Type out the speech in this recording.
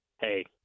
Hey